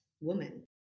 woman